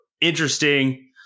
interesting